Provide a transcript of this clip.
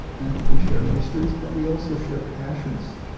and i think we share mysteries, but we also share passions.